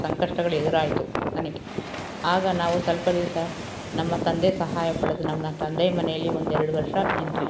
ಸಂಕಷ್ಟಗಳು ಎದುರಾಯಿತು ನನಗೆ ಆಗ ನಾವು ಸ್ವಲ್ಪ ದಿವಸ ನಮ್ಮ ತಂದೆ ಸಹಾಯ ಪಡೆದು ನಮ್ಮ ತಂದೆ ಮನೆಯಲ್ಲಿ ಒಂದೆರಡು ವರ್ಷ ಇದ್ವಿ